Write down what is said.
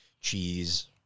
cheese